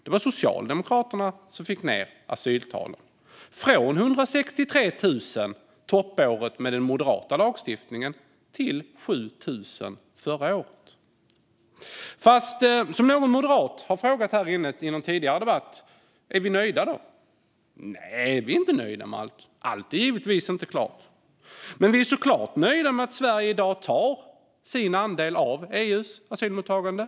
Det var Socialdemokraterna som fick ned asyltalen - från 163 000 under toppåret med den moderata lagstiftningen till 7 000 förra året. Det var någon moderat som i en tidigare debatt frågade om vi är nöjda. Nej, vi är inte nöjda med allt. Allt är givetvis inte klart. Men vi är såklart nöjda med att Sverige i dag tar sin andel av EU:s asylmottagande.